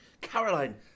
Caroline